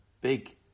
big